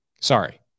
Sorry